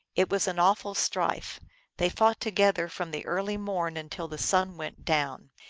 it was an awful strife they fought together from the early morn until the sun went down,